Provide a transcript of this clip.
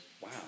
wow